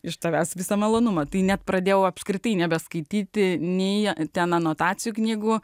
iš tavęs visą malonumą tai net pradėjau apskritai nebeskaityti nė ten anotacijų knygų